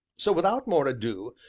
so, without more ado,